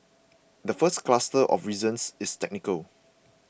the first cluster of reasons is technical